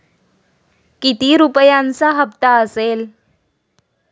किती रुपयांचा हप्ता असेल?